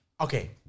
Okay